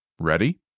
Ready